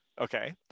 Okay